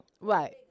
Right